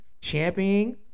championing